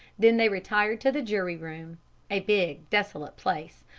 then they retired to the jury-room a big, desolate place,